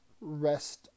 rest